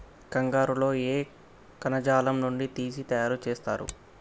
కంగారు లో ఏ కణజాలం నుండి తీసి తయారు చేస్తారు?